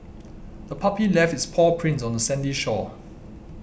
the puppy left its paw prints on the sandy shore